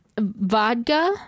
vodka